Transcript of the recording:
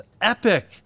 epic